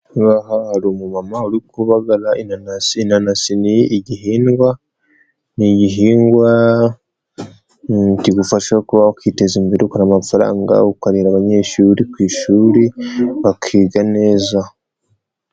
Aha hari umu mama uri kubagara inanasi . inanasi ni igihingwa, ni igihingwa kigufasha kuba wakwiteza imbere, ukabona amafaranga ukareba abanyeshuri ku ishuri bakiga neza.